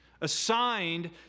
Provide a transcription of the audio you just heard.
assigned